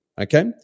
okay